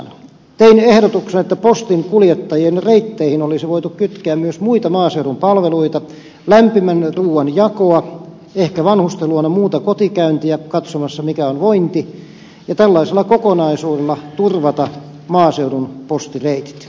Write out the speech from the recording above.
tein ehdotuksen että postin kuljettajien reitteihin olisi voitu kytkeä myös muita maaseudun palveluita lämpimän ruuan jakoa ehkä vanhusten luona muuta kotikäyntiä voitaisiin käydä katsomassa mikä on vointi ja tällaisella kokonaisuudella turvata maaseudun postireitit